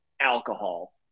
alcohol